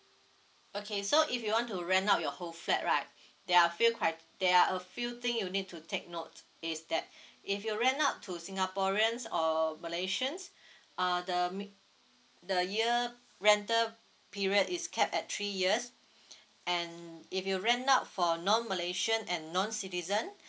okay so if you want to rent out your whole flat right there are few cri~ there are a few thing you need to take note is that if you rent out to singaporeans or malaysians uh the mi~ the year rental period is capped at three years and if you rent out for non malaysian and non citizen